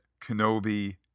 kenobi